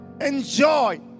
enjoy